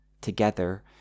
together